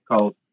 called